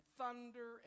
thunder